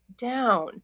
down